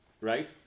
right